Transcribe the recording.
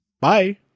Bye